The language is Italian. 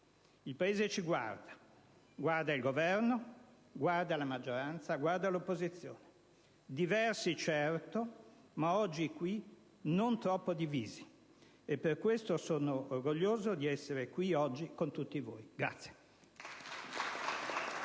Il Paese ci guarda: guarda il Governo, guarda la maggioranza e guarda l'opposizione, certamente diversi, ma oggi qui non troppo divisi. Per questo sono orgoglioso di essere qui oggi con tutti voi.